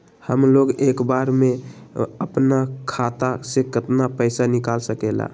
हमलोग एक बार में अपना खाता से केतना पैसा निकाल सकेला?